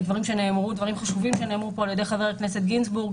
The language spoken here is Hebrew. דברים חשובים שנאמרו על ידי חבר הכנסת גינזבורג